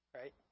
right